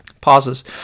pauses